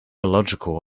illogical